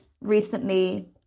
recently